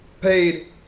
paid